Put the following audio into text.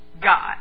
God